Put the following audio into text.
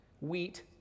Wheat